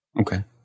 Okay